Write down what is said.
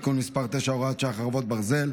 9, הוראת שעה, חרבות ברזל),